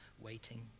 waiting